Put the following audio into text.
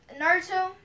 Naruto